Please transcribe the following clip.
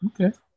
Okay